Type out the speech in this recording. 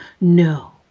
No